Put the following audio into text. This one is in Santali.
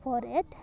four eight